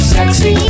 Sexy